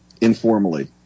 informally